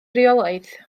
reolaeth